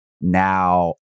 Now